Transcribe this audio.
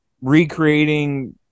recreating